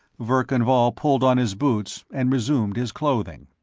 verkan vall pulled on his boots and resumed his clothing.